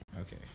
Okay